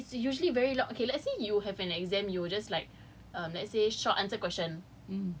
yes no and cause it's assignments it's usually very okay let's say you have an exam you will just like